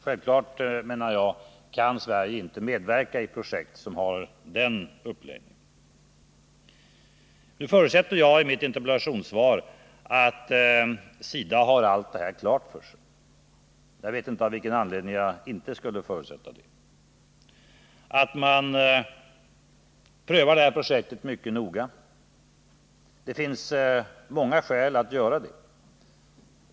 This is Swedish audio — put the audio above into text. Självfallet kan Sverige inte medverka i projekt som har den uppläggningen. Nu förutsätter jag i mitt interpellationssvar att SIDA har allt detta klart för sig — jag vet inte av vilken anledning jag inte skulle förutsätta det — och att man prövar det här projektet mycket noga. Det finns många skäl att göra det.